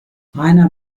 rainer